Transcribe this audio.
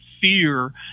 fear